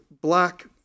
black